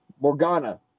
Morgana